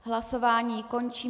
Hlasování končím.